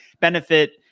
benefit